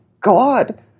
God